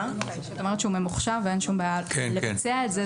את אומרת שהוא ממוחשב ואין שום בעיה לבצע את זה,